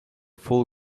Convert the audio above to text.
full